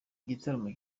igitaramo